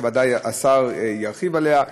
שוודאי השר ירחיב עליה,